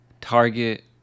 Target